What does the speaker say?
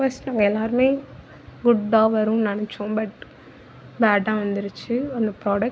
first நம்ம எல்லாருமே good தான் வரும்னு நினச்சோம் பட் பேட்டாக வந்துருச்சு அந்த ப்ராடெக்ட்